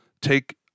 take